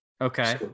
Okay